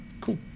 Cool